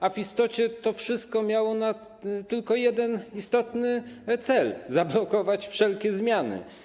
A w istocie to wszystko miało tylko jeden istotny cel - zablokować wszelkie zmiany.